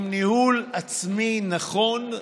עם ניהול עצמי נכון,